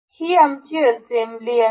ही आमची असेंब्ली आहे